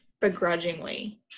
begrudgingly